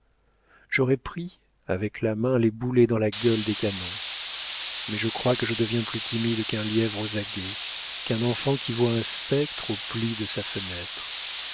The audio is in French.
j'aurais pris avec la main les boulets dans la gueule des canons mais je crois que je deviens plus timide qu'un lièvre aux aguets qu'un enfant qui voit un spectre aux plis de sa fenêtre